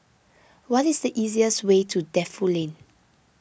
what is the easiest way to Defu Lane